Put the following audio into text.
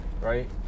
right